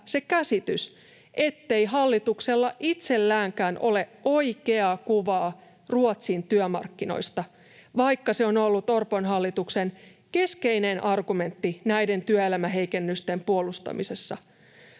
se käsitys, ettei hallituksella itselläänkään ole oikeaa kuvaa Ruotsiin työmarkkinoista, vaikka se on ollut Orpon hallituksen keskeinen argumentti näiden työelämäheikennysten puolustamisessa.